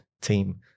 team